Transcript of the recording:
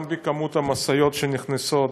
גם בכמות המשאיות שנכנסות,